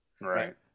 Right